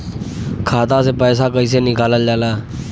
खाता से पैसा कइसे निकालल जाला?